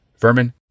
vermin